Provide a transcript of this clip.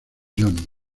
johnny